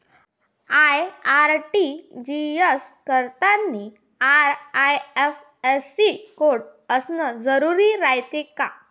RTGS करतांनी IFSC code असन जरुरी रायते का?